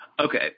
Okay